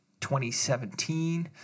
2017